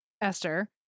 Esther